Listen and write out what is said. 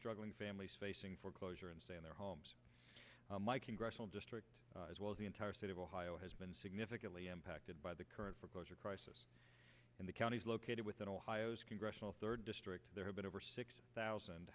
struggling families facing foreclosure and stay in their homes my congressional district as well the entire state of ohio has been significantly impacted by the current proposal crisis in the counties located within ohio's congressional third district there have been over six thousand